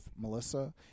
Melissa